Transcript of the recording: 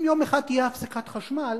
אם יום אחד תהיה הפסקת חשמל,